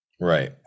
Right